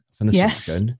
yes